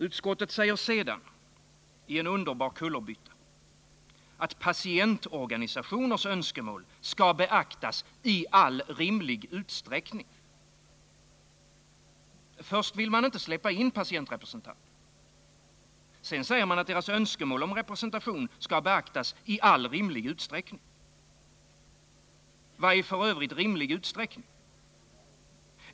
Utskottet säger sedan i en underbar kullerbytta att patientorganisationernas önskemål skall beaktas i all rimlig utsträckning. Först vill man inte släppa in patientrepresentanter. Sedan säger man att deras önskemål om representation skall beaktas i all rimlig utsträckning, Vad är f. ö. rimlig utsträckning?